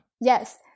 Yes